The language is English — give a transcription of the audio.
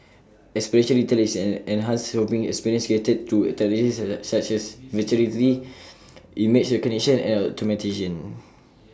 experiential retail is an enhanced shopping experience created through technologies such as Virtual Reality image recognition and automation